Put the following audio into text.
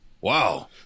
Wow